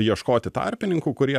ieškoti tarpininkų kurie